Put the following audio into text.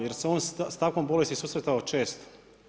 Jer se on s takvom bolesti susretao često.